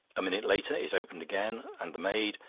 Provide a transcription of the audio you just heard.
a minute later it opened again and the maid,